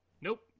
Nope